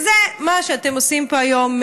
מה שאתם עושים פה היום,